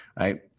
right